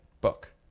book